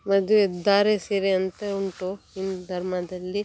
ಮದ್ವೆದು ಧಾರೆ ಸೀರೆ ಅಂತ ಉಂಟು ಹಿಂದೂ ಧರ್ಮದಲ್ಲಿ